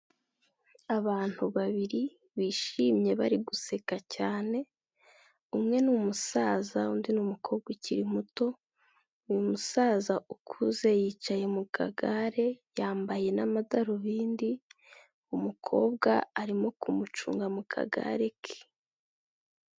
Abantu babiri bishimye bari guseka cyane, umwe ni umusaza, undi ni umukobwa ukiri muto. Umusaza ukuze yicaye mu kagare yambaye n'amadarubindi, umukobwa arimo kumucunga mu kagare ke.